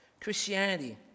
Christianity